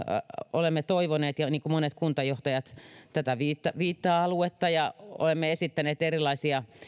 olemme toivoneet niin kuin monet kuntajohtajat tätä viittä viittä aluetta ja olemme esittäneet erilaisia